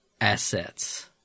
assets